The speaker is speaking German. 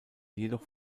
jedoch